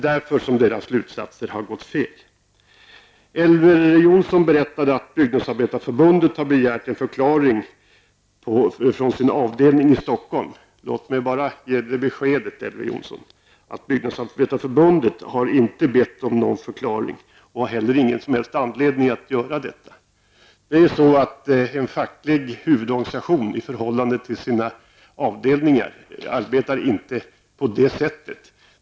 Därför har de dragit felaktig slutsats. Byggnadsarbetareförbundet har begärt en förklaring från sin avdelning i Stockholm. Låt mig ge det beskedet till Elver Jonsson att Byggnadsarbetareförbundet inte har bett om någon förklaring och inte heller har någon som helst anledning att göra det. En facklig huvudorganisation arbetar inte på det sättet i förhållande till sina avdelningar.